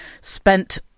spent